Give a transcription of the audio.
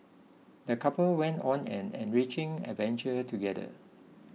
the couple went on an enriching adventure together